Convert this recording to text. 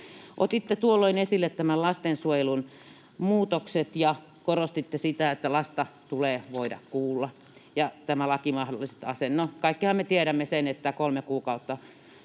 Otitte tuolloin esille lastensuojelun muutokset ja korostitte sitä, että lasta tulee voida kuulla ja tämä laki mahdollistaa sen. No, kaikkihan me tiedämme sen, että kolme kuukautta